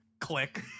Click